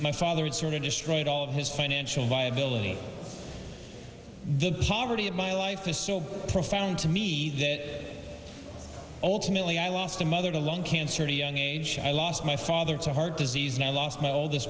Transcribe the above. my father had sort of destroyed all of his financial viability the poverty of my life is so profound to me that ultimately i lost a mother to lung cancer a young age i lost my father to heart disease and i lost my oldest